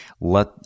let